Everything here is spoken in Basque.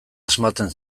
asmatzen